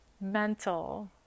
mental